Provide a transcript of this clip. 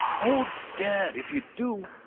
oh, dad, if you do,